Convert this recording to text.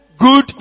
good